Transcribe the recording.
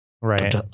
Right